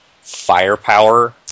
firepower